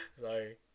Sorry